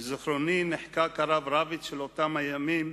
בזיכרוני נחקק הרב רביץ של אותם הימים